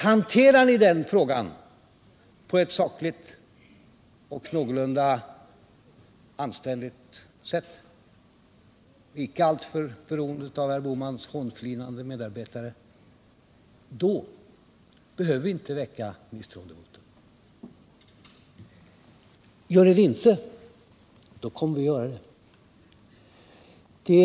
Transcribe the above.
Hanterar ni den frågan på ett sakligt och någorlunda anständigt sätt - icke alltför beroende av herr Bohmans hånflinande medarbetare — så behöver vi inte begära misstroendevotum. Gör ni det inte, kommer vi att begära misstroendevotum.